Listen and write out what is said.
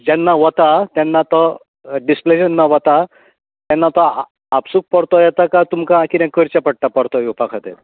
जेन्ना वता तेन्ना तो डिसप्ले जेन्ना वता तेन्ना तो आपसूक परतो येता कांय तुमका कितें करचें पडटा परतो येवपा खातीर